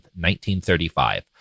1935